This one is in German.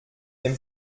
dem